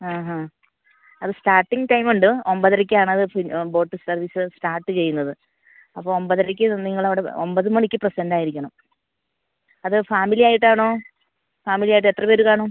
ആഹാ അത് starting time ഉണ്ട് ഒമ്പതരയ്ക്കാണത് ഫിനി ബോട്ട് സർവീസ് സ്റ്റാർട്ട് ചെയ്യുന്നത് അപ്പോൾ ഒമ്പതരയ്ക്ക് നിങ്ങൾ അവിടെ ഒമ്പത് മണിക്ക് പ്രെസൻറ് ആയിരിക്കണം അത് ഫാമിലി ആയിട്ടാണോ ഫാമിലി ആയിട്ട് എത്ര പേർ കാണും